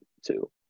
two